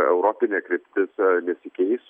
europinė kryptis nesikeis